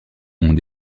ont